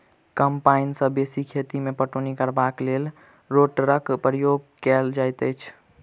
कम पाइन सॅ बेसी खेत मे पटौनी करबाक लेल रोटेटरक प्रयोग कयल जाइत छै